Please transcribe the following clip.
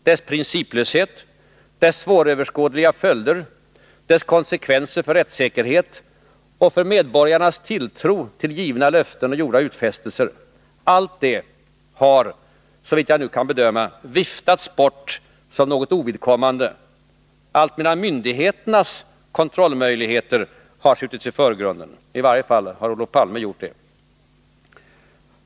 Dess principlöshet, dess svåröverskådliga följder, dess konsekvenser för rättssäkerhet och för medborgarnas tilltro till givna löften och gjorda utfästelser — allt detta har, såvitt nu kan bedömas, viftats bort som något ovidkommande, alltmedan myndigheternas kontrollmöjligheter har skjutits i förgrunden; i varje fall har Olof Palme gjort det.